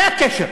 זה הקשר.